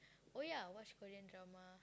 oh ya watch Korean drama